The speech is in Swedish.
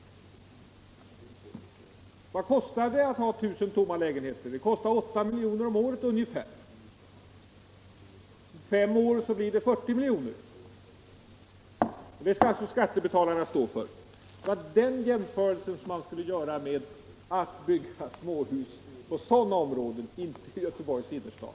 Vad kostar det att ha 1000 tomma lägenheter? Jo, det kostar ungefär 8 milj.kr. om året. På fem år blir det 40 milj.kr., som alltså skattebetalarna får stå för. Man skulle i stället kunna bygga småhus i dessa områden, inte i Göteborgs innerstad.